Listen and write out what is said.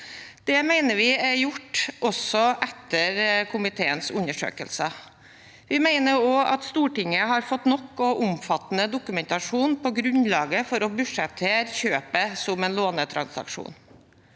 Det mener vi er gjort, også etter komiteens undersøkelser. Vi mener også at Stortinget har fått nok og omfattende dokumentasjon på grunnlaget for å budsjettere kjøpet som en lånetransaksjon.